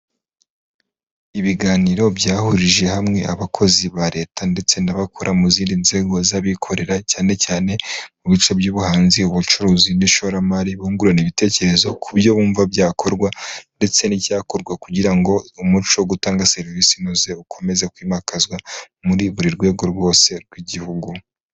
Ibiganiro byahurije hamwe abakozi ba leta ndetse n'abakora mu zindi nzego z'abikorera, cyane cyane mu bice by'ubuhanzi, ubucuruzi, n'ishoramari, bungurana ibitekerezo ku byo bumva byakorwa ndetse n'icyakorwa kugira ngo umuco wo gutanga serivisi inoze ukomeze kwimakazwa muri buri rwego rwose rw'igihugu.